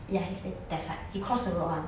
ya he stay that side he cross the road [one]